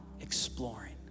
exploring